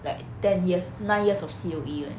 like ten years nine years of C_O_E leh